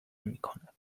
میکند